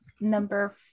number